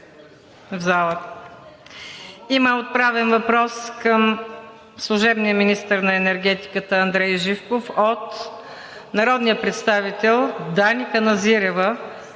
Има отправен въпрос към служебния министър на енергетиката Андрей Живков от народния представител Дани Каназирева